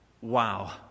Wow